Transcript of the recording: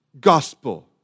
gospel